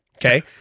Okay